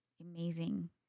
amazing